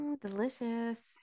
delicious